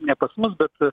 ne pas mus bet